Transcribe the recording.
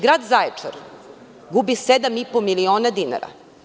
Grad Zaječar gubi 7,5 miliona dinara.